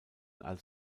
als